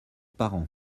parents